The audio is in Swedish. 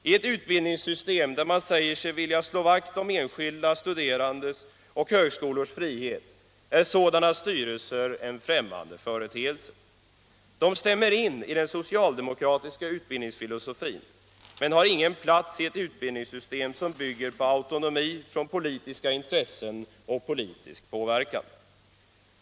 I ett utbildningssystem där man säger sig vilja slå vakt om enskilda studerandes och högskolors frihet är sådana styrelser en främmande företeelse. De stämmer med den socialdemokratiska utbildningsfilosofin, men de har ingen plats i ett utbildningssystem som bygger på autonomi gentemot politiska intressen och politisk påverkan.